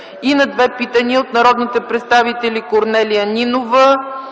и на две питания от народните представители Корнелия Нинова,